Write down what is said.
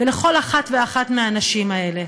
ולכל אחת ואחת מהנשים האלה.